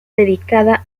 dedicada